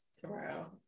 tomorrow